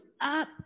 up